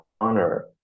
honor